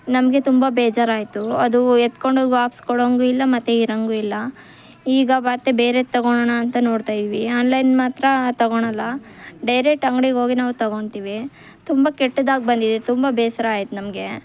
ನಮಗೆ ತುಂಬ ಬೇಜಾರಾಯ್ತು ಅದು ಎತ್ಕೊಂಡೋಗಿ ಹಾಕಿಸ್ಕೊಳಂಗು ಇಲ್ಲ ಮತ್ತೆ ಇರಂಗು ಇಲ್ಲ ಈಗ ಮತ್ತೆ ಬೇರೆ ತೊಗೊಳೋಣ ಅಂತ ನೋಡ್ತಾ ಇವಿ ಆನ್ಲೈನ್ ಮಾತ್ರ ತೊಗೊಳೋಲ್ಲ ಡೈರೆಕ್ಟ್ ಅಂಗ್ಡಿಗೆ ಹೋಗಿ ನಾವು ತೊಗೊಳ್ತೀವಿ ತುಂಬ ಕೆಟ್ಟದಾಗಿ ಬಂದಿದೆ ತುಂಬ ಬೇಸರ ಆಯ್ತು ನಮಗೆ